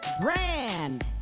Brand